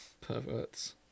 pervert's